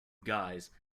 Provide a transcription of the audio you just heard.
guys